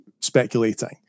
speculating